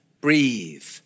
breathe